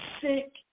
sick